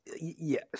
Yes